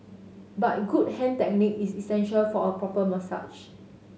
but good hand technique is essential for a proper massage